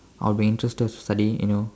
I'll be interested to study you know